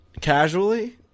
Casually